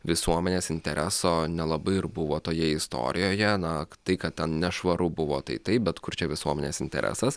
visuomenės intereso nelabai ir buvo toje istorijoje na tai kad ten nešvaru buvo tai taip bet kur čia visuomenės interesas